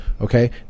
Okay